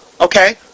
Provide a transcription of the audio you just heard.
Okay